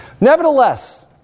Nevertheless